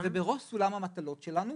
-- סולם המטלות שלנו.